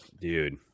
Dude